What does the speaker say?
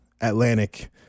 Atlantic